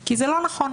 כי זה לא נכון.